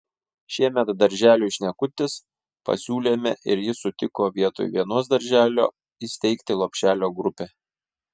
šiemet darželiui šnekutis pasiūlėme ir jis sutiko vietoj vienos darželio įsteigti lopšelio grupę